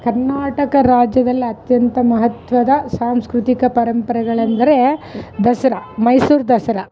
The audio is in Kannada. ಕರ್ನಾಟಕ ರಾಜ್ಯದಲ್ಲಿ ಅತ್ಯಂತ ಮಹತ್ವದ ಸಾಂಸ್ಕೃತಿಕ ಪರಂಪರೆಗಳೆಂದರೇ ದಸರಾ ಮೈಸೂರು ದಸರಾ